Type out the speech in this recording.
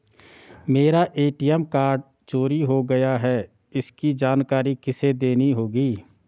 मेरा ATM card चोरी हो गया है इसकी जानकारी किसे देनी होगी?